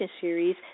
Series